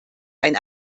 ein